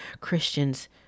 Christians